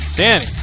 Danny